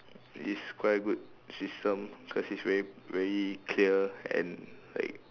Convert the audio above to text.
it's quite a good system cause it's very very clear and like